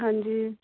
ਹਾਂਜੀ